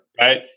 right